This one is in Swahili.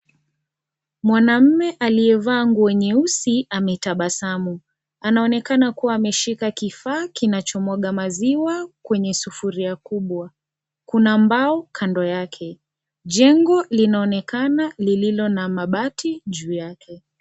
Mwanaume aliyevaa nguo nyeusi, ametabasamu. Anaonekana kuwa, ameshika kifaa kinachomwaga maziwa kwenye sufuria kubwa. Kuna mbao kando yake. Jengo linaonekana lililo na mabati juu yake.